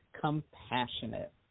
compassionate